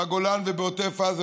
בגולן ובעוטף עזה.